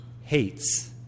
hates